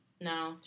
No